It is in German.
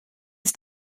ist